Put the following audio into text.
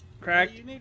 Crack